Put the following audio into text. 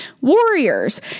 warriors